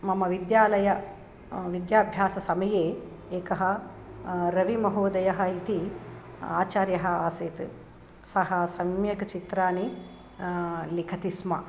मम विद्यालये विद्याभ्याससमये एकः रविमहोदयः इति आचार्यः आसीत् सः सम्यक् चित्राणि लिखति स्म